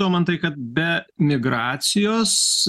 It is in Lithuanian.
domantai kad be migracijos